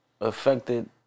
affected